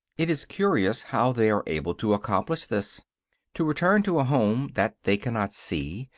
it is curious how they are able to accomplish this to return to a home that they cannot see,